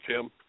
Tim